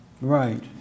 Right